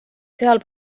seal